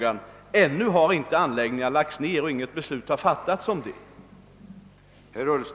Än så länge har inte några anläggningar lagts ned, och inget beslut har heller fattats om det.